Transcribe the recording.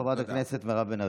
חברת הכנסת מירב בן ארי.